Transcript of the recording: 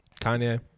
Kanye